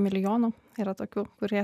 milijonų yra tokių kurie